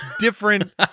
different